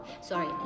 sorry